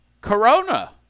Corona